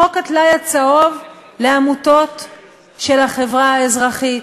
חוק הטלאי הצהוב לעמותות של החברה האזרחית,